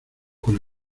con